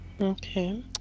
Okay